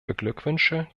beglückwünsche